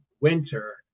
winter